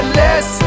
less